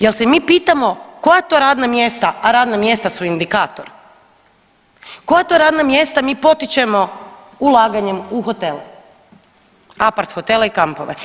Jel se mi pitamo koja to radna mjesta, a radna mjesta su indikator, koja to radna mjesta mi potičemo ulaganjem u hotele, aparthotele i kampove?